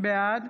בעד